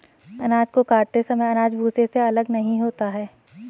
अनाज को काटते समय अनाज भूसे से अलग नहीं होता है